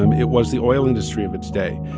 um it was the oil industry of its day,